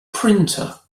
printer